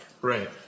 Right